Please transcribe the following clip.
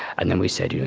and then we said, you know